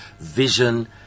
vision